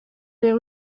les